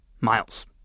Miles